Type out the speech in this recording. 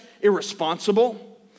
irresponsible